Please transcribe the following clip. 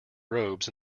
robes